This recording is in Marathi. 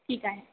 ठीक आहे